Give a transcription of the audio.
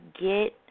get